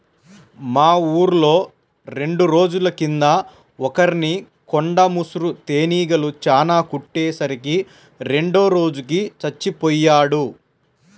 మా ఊర్లో రెండు రోజుల కింద ఒకర్ని కొండ ముసురు తేనీగలు చానా కుట్టే సరికి రెండో రోజుకి చచ్చిపొయ్యాడు